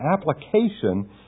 application